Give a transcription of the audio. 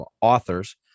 authors